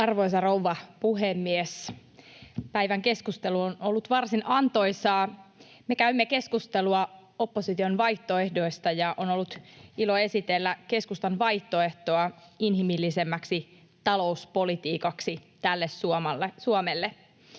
Arvoisa rouva puhemies! Päivän keskustelu on ollut varsin antoisaa. Me käymme keskustelua opposition vaihtoehdoista, ja on ollut ilo esitellä keskustan vaihtoehtoa inhimillisemmäksi talouspolitiikaksi tälle Suomelle.